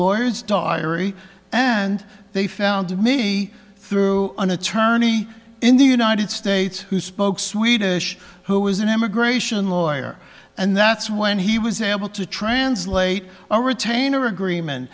lawyers diary and they found me through an attorney in the united states who spoke swedish who was an immigration lawyer and that's when he was able to translate a retainer agreement